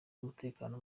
umutekano